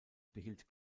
behielt